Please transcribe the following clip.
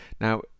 Now